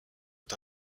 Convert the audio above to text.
est